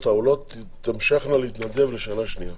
העולות תמשכנה להתנדב לשנה שנייה.